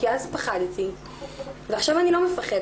כי אז פחדתי ועכשיו אני לא מפחדת.